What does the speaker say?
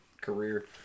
career